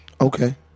Okay